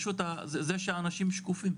זה שהאנשים שקופים.